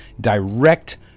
direct